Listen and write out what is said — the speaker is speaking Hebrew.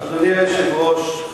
אדוני היושב-ראש,